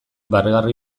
barregarri